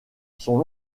sont